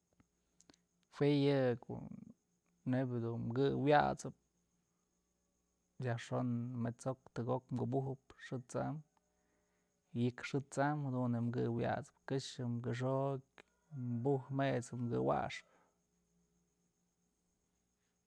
Jue yë ko'o neyb dun kë wyat'sëp yajxon met's ok tëkëk okë këbujëp xët's am, yëk xët's am jadun je'e kë wyat'sëp këxë këxokyë buj jet'sëb këwaxkë.